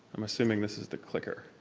i'm assuming this is the clicker.